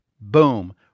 Boom